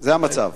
זה המצב.